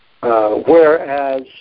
Whereas